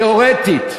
תיאורטית,